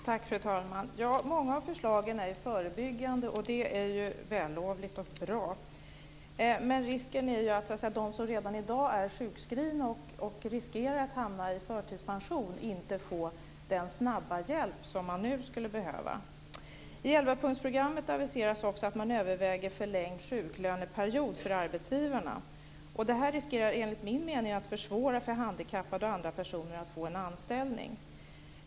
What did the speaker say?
Fru talman! Många av förslagen är förebyggande. Det är vällovligt och bra, men risken är ju att de som redan i dag är sjukskrivna och som riskerar att bli förtidspensionärer inte får den snabba hjälp som de skulle behöva. I elvapunktsprogrammet aviseras också att man överväger en förlängd sjuklöneperiod för arbetsgivarna. Det här riskerar enligt min mening att man försvårar för handikappade och andra personer att få en anställning.